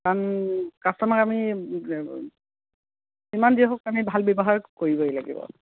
কাৰণ কাষ্টমাৰক আমি যিমান যি হওক আমি ভাল ব্যৱহাৰ কৰিবই লাগিব